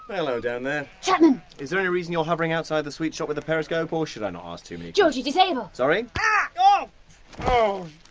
hello down there. chapman! is there any reason you're hovering outside the sweet shop with a periscope or should i not ask too many georgie! disable! sorry? but yeah georgie